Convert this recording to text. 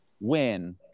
win